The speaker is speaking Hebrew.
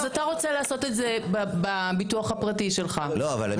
אז אתה רוצה לעשות את זה בביטוח הפרטי שלך, בסדר?